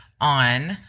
on